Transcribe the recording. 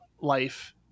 life